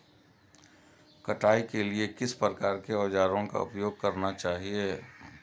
कटाई के लिए किस प्रकार के औज़ारों का उपयोग करना चाहिए?